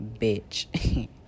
bitch